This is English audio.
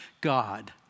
God